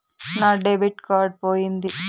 నా debit card పోయింది